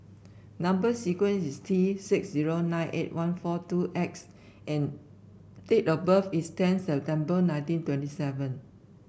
number sequence is T six zero nine eight one four two X and date of birth is ten September nineteen twenty seven